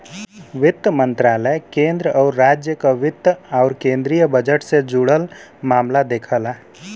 वित्त मंत्रालय केंद्र आउर राज्य क वित्त आउर केंद्रीय बजट से जुड़ल मामला देखला